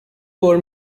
for